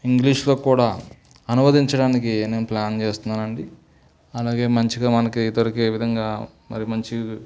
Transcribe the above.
ఇంగ్లీషులో కూడా అనువదించడానికి నేను ప్లాన్ చేస్తున్నానండి అలాగే మంచిగా మనకి దొరికే విధంగా మరి మంచి